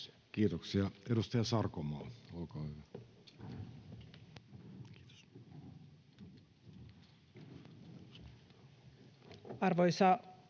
Kiitoksia. — Edustaja Sarkomaa, olkaa hyvä.